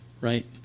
right